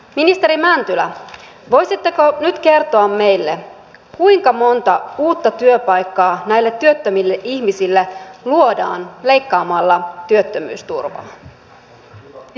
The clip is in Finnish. ministeri mäntylä voisitteko nyt kertoa meille kuinka monta uutta työpaikkaa näille työttömille ihmisille luodaan leikkaamalla työttömyysturvaa